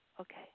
okay